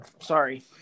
Sorry